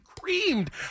creamed